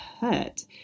hurt